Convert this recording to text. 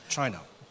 China